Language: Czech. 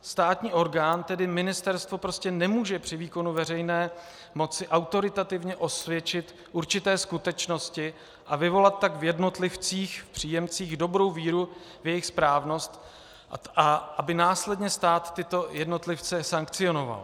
Státní orgán, tedy ministerstvo, prostě nemůže při výkonu veřejné moci autoritativně osvědčit určité skutečnosti a vyvolat tak v jednotlivcíchpříjemcích dobrou víru v jejich správnost, aby následně stát tyto jednotlivce sankcionoval.